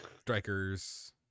Strikers